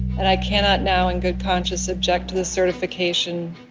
and i cannot now in good conscience object to the certification